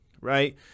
Right